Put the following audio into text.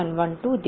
50 में